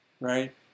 right